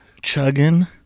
chugging